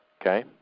Okay